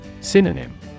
Synonym